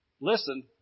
listen